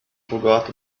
forgot